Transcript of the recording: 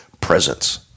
presence